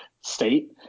state